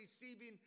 receiving